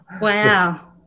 Wow